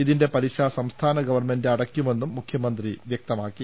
ഇതിന്റെ പലിശ സംസ്ഥാന ഗവൺമെൻറ് അടയ്ക്കുമെന്നും മുഖ്യമന്ത്രി വൃക്തമാക്കി